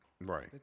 Right